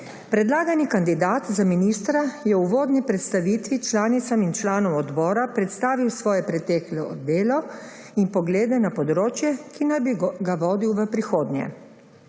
Predlagani kandidat za ministra je v uvodni predstavitvi članicam in članom odbora predstavil svoje preteklo delo in poglede na področje, ki naj bi ga vodil v prihodnje.